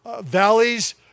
valleys